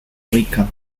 rica